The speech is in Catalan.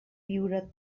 viure